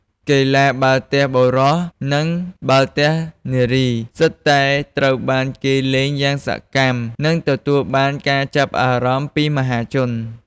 កីឡា បាល់ទះបុរស និងបាល់ទះនារី សុទ្ធតែត្រូវបានគេលេងយ៉ាងសកម្ម និងទទួលបានការចាប់អារម្មណ៍ពីមហាជន។